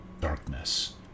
darkness